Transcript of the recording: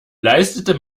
leistete